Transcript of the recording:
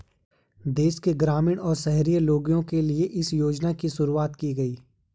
देश के ग्रामीण और शहरी लोगो के लिए इस योजना की शुरूवात की गयी